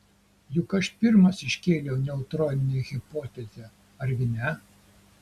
juk aš pirmas iškėliau neutroninę hipotezę argi ne